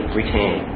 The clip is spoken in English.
retain